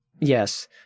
Yes